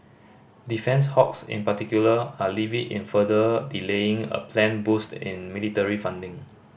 defence hawks in particular are livid in further delaying a planned boost in military funding